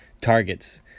targets